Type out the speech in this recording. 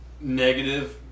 negative